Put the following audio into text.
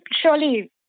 surely